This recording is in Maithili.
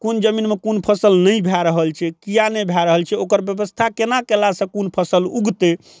कोन जमीनमे कोन फसल नहि भए रहल छै किएक नहि भए रहल छै ओकर व्यवस्था केना केलासँ कोन फसल उगतै